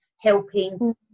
helping